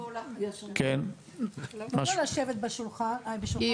מה שמך?